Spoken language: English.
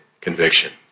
conviction